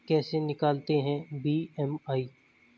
कैसे निकालते हैं बी.एम.आई?